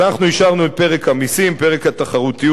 אז אנחנו אישרנו את פרק המסים, פרק התחרותיות